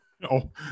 No